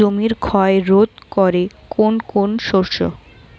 জমির ক্ষয় রোধ করে কোন কোন শস্য?